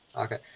Okay